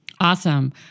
Awesome